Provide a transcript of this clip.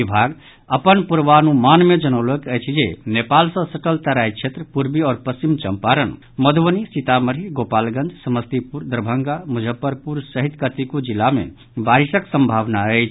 विभाग अपन पूर्वानुमान मे जनौलक अछि जे नेपाल सॅ सटल तराई क्षेत्र पूर्वी आओर पश्चिम चंपारण मधुबनी सीतामढ़ी गोपालगंज समस्तीपुर दरभंगा मुजफ्फरपुर सहित कतेको जिला मे बारिशक संभावना अछि